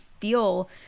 feel